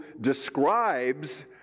describes